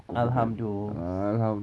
alhamduls